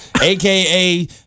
AKA